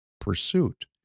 pursuit